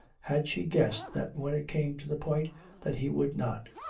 had she guessed that when it came to the point that he would not,